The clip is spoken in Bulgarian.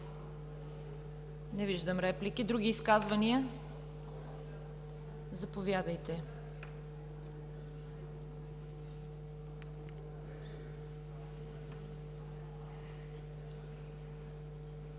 Не виждам. Други изказвания? Заповядайте.